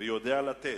ויודע לתת,